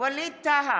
ווליד טאהא,